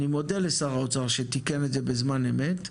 אני מודה לשר האוצר שתיקן את זה בזמן אמת.